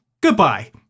goodbye